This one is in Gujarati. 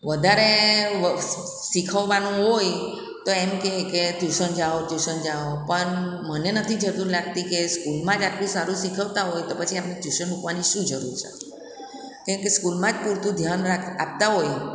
વધારે શિખવવાનું હોય તો એમકે કે ટ્યૂશન જાઓ ટ્યૂશન જાઓ પણ મને નથી જરૂર લાગતી કે સ્કૂલમાં જ આટલું સારું શીખવતા હોય તો પછી આપણે ટ્યૂશન મૂકવાની શું જરૂર છે કેમ કે સ્કૂલમાં જ પૂરતું ધ્યાન રાખતા આપતા હોય